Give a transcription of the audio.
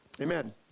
Amen